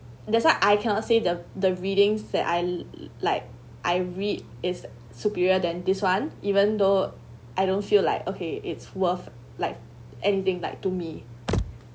that's why I cannot say the the reading that I like I read is superior than this one even though I don't feel like okay it's worth like anything like to me